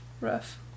Rough